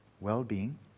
well-being